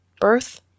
birth